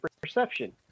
perception